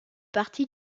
partie